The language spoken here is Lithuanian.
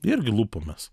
irgi lupomės